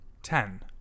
Ten